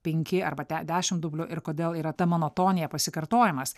penki arba te dešimt dublių ir kodėl yra ta monotonija pasikartojamas